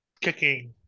kicking